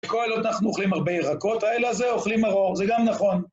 בכל הלילות אנחנו אוכלים הרבה ירקות, הלילה הזה אוכלים מרור, זה גם נכון.